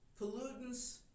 pollutants